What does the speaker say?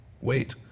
Wait